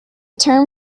term